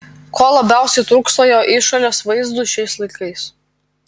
ko labiausiai trūksta jo išorės vaizdui šiais laikais